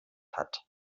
hat